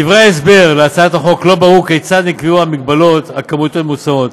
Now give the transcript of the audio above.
מדברי ההסבר להצעת החוק לא ברור כיצד נקבעו המגבלות הכמותיות המוצעות.